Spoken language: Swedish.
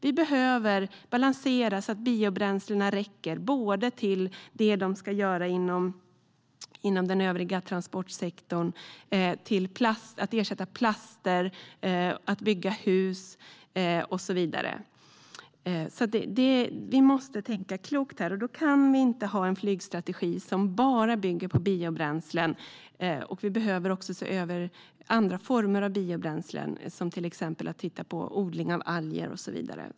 Vi behöver balansera så att biobränslena räcker både till det de ska göra inom den övriga transportsektorn och till att ersätta plaster, bygga hus och så vidare. Vi måste tänka klokt, och då kan vi inte ha en flygstrategi som bara bygger på biobränslen. Vi behöver också se över andra former av biobränslen och titta på till exempel odling av alger och så vidare.